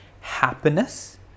happiness